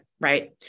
right